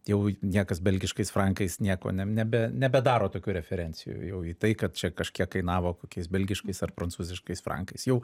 jau niekas belgiškais frankais nieko neb nebe nebedaro tokių referencijų jau į tai kad čia kažkiek kainavo kokiais belgiškais ar prancūziškais frankais jau